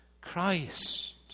Christ